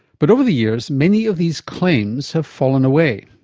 but over the years many of these claims have fallen away.